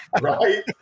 right